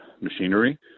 machinery